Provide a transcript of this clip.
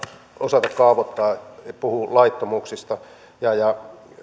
osata kaavoittaa puhui laittomuuksista ja ja